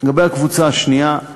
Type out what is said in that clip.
לגבי הקבוצה השנייה,